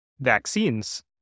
vaccines